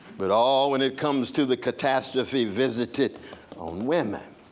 but all, when it comes to the catastrophe, visited on women.